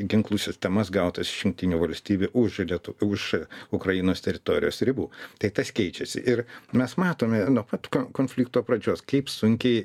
ginklų sistemas gautas iš jungtinių valstybių užjūrio tokių už ukrainos teritorijos ribų tai tas keičiasi ir mes matome nuo pat konflikto pradžios kaip sunkiai